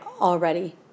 already